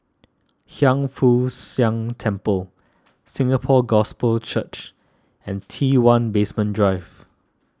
Hiang Foo Siang Temple Singapore Gospel Church and T one Basement Drive